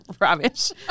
rubbish